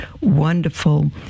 wonderful